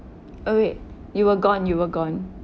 oh wait you were gone you were gone